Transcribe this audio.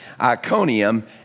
iconium